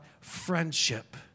friendship